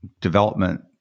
development